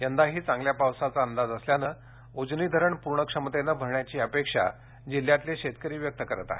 यंदाही चांगल्या पावसाचा अंदाज असल्याने उजनी धरण पूर्ण क्षमतेनं भरण्याची अपेक्षा जिल्ह्यातले शेतकरी व्यक्त करत आहेत